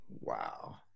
wow